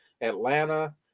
Atlanta